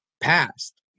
past